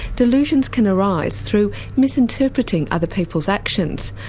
delusions can arise through misinterpreting other people's actions,